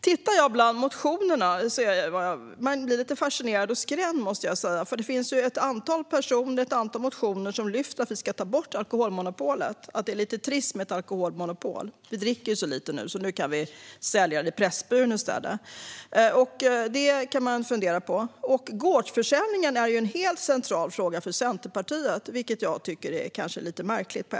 När jag tittar på motionerna blir jag lite fascinerad och skrämd. I ett antal motioner lyfts det upp att alkoholmonopolet ska tas bort, att det är lite trist med ett alkoholmonopol. Vi dricker så lite nu. Därför kan det säljas på Pressbyrån i stället. Det kan man fundera på. Gårdsförsäljning är en central fråga för Centerpartiet, vilket jag tycker är lite märkligt.